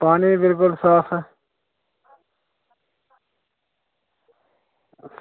पानी बिल्कुल साफ ऐ